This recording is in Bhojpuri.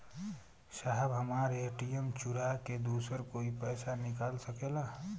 साहब हमार ए.टी.एम चूरा के दूसर कोई पैसा निकाल सकेला?